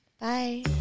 Bye